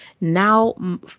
now